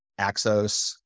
Axos